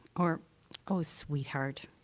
or oh, sweetheart!